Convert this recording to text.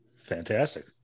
Fantastic